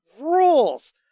rules